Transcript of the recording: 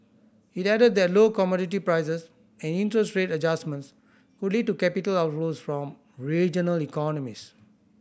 it added that low commodity prices and interest rate adjustments could lead to capital outflows from regional economies